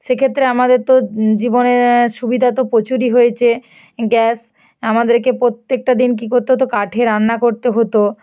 সেক্ষত্রে আমাদের তো জীবনের সুবিধা তো প্রচুরই হয়েছে গ্যাস আমাদেরকে প্রত্যেকটা দিন কি করতে হতো কাঠে রান্না করতে হতো